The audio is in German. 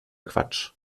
quatsch